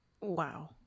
Wow